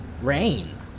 Rain